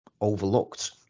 overlooked